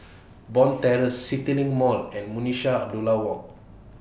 Bond Terrace CityLink Mall and Abdullah Walk